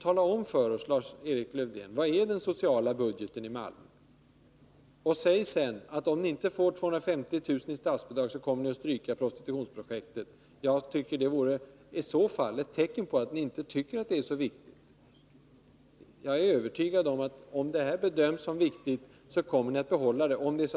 Tala om för oss, Lars-Erik Lövdén, hur stor den sociala budgeten i Malmö är. Och säg sedan att ni kommer att stryka prostitutionsprojektet om ni inte får 250 000 kr. i statsbidrag. Det vore i så fall ett tecken på att ni inte tycker att det är viktigt. Jag är övertygad om att ni kommer att fortsätta projektet, om det bedöms som viktigt.